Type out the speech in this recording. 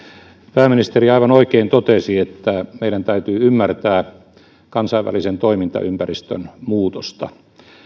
pääministeri aivan oikein totesi että meidän täytyy ymmärtää kansainvälisen toimintaympäristön muutosta